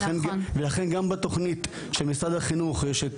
ולכן גם בתוכנית של משרד החינוך יש את